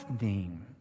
name